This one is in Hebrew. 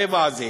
הרבע הזה.